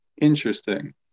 Interesting